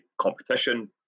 competition